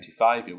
1995